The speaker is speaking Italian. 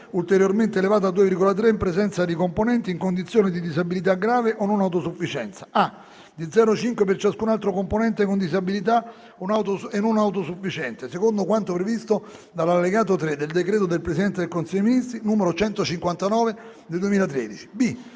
ulteriormente elevato a 2,3 in presenza di componenti in condizione di disabilità grave o non autosufficienza: a) di 0,5 per ciascun altro componente con disabilità o non autosufficiente, secondo quanto previsto dall'allegato 3 del decreto del Presidente del Consiglio dei ministri n. 159 del 2013; b)